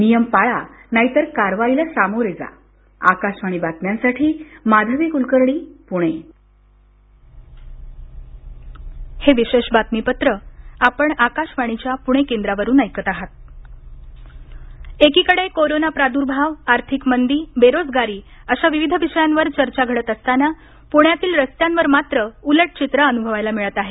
नियम पाळा नाहीतर कारवाईला सामोरे जा आकाशवाणी बातम्यांसाठी माधवी कुलकर्णी पुणे दिवाळी खरेदी एकीकडे कोरोना प्रादूर्भाव आर्थिक मंदी बेरोजगारी अशा विविध विषयांवर चर्चा घडत असताना पुण्यातील रस्त्यांवर मात्र उलट चित्र अनुभवायला मिळत आहे